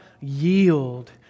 yield